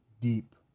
deep